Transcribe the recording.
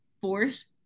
force